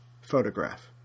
photograph